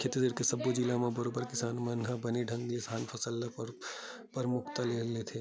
छत्तीसगढ़ के सब्बो जिला म बरोबर किसान मन ह बने ढंग ले धान के फसल ल परमुखता ले लेथे